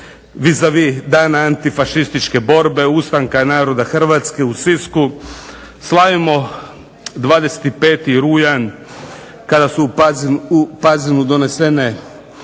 vis a vis dana antifašističke borbe, ustanka naroda Hrvatske u Sisku, slavimo 25. rujan kada su u Pazinu donesene